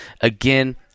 Again